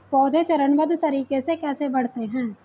पौधे चरणबद्ध तरीके से कैसे बढ़ते हैं?